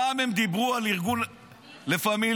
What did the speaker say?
פעם הם דיברו על ארגון לה פמיליה,